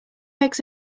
eggs